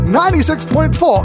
96.4